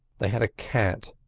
they had a cat,